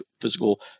physical